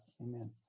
Amen